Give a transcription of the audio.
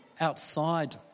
outside